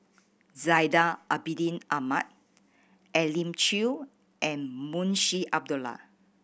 Zainal Abidin Ahmad Elim Chew and Munshi Abdullah